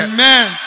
Amen